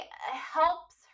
helps